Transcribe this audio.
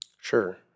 Sure